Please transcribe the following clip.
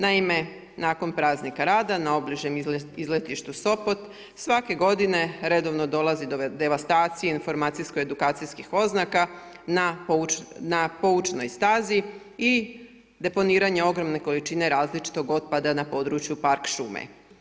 Naime, nakon praznika rada na obližnjem izletištu Sopot svake godine redovno dolazi do devastacije informacijsko-edukacijskih oznaka na poučnoj stazi i deponiranje ogromne količine različitog otpada na području park šume.